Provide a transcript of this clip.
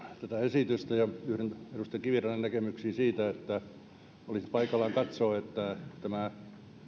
tätä esitystä ja yhdyn edustaja kivirannan näkemyksiin siitä että olisi paikallaan katsoa että tämä